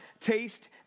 taste